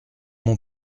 mon